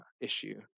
issue